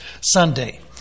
Sunday